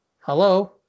Hello